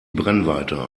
brennweite